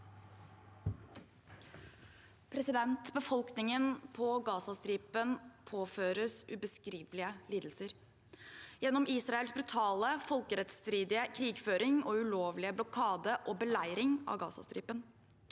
Befolk- ningen på Gazastripen påføres ubeskrivelige lidelser gjennom Israels brutale og folkerettsstridige krigføring og ulovlige blokade og beleiring av Gazastripen,